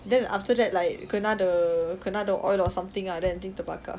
then after that like kena the kena the oil or something lah then I think terbakar